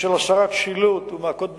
בשל הסרת שילוט ומעקות בטיחות,